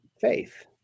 faith